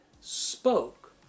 spoke